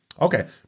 Okay